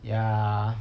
ya